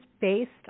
based